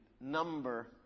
number